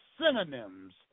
synonyms